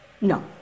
No